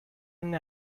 and